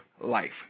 life